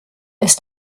ist